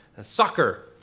soccer